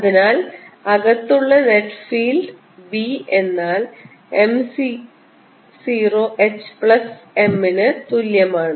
അതിനാൽ അകത്തുള്ള net field b എന്നാൽ mu 0 h പ്ലസ് m നു തുല്യമാണ്